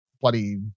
bloody